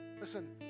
Listen